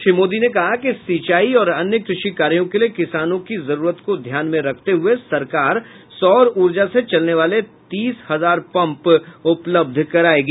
श्री मोदी ने कहा कि सिंचाई और अन्य कृषि कार्यों के लिए किसानों की जरूरत को ध्यान मे रखते हुये सरकार सौर ऊर्जा से चलने वाले तीस हजार पंप उपलब्ध कराएगी